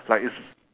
like it's